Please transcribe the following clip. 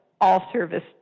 all-service